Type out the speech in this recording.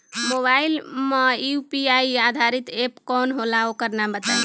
Mobile म UPI आधारित app कौन होला ओकर नाम बताईं?